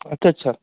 अच्छा अच्छा